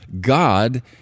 God